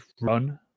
run